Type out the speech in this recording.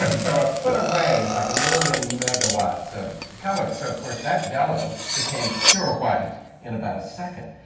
i mean so, a foot away is like a million megawatts of color. so, of course, that yellow became pure white in about a second.